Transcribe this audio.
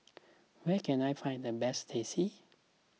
where can I find the best Teh C